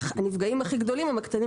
שהנפגעים הכי גדולים הם העסקים הקטנים